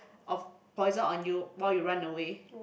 of poison on you while you run away